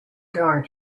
going